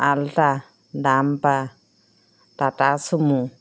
ultra দাম্পা টাটা Sumo